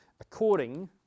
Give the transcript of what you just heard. according